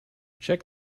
check